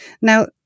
Now